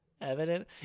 Evident